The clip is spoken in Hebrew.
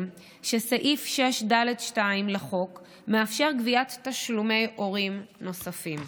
שסעיף 6(ד) לחוק מאפשר גביית תשלומי הורים נוספים.